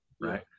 right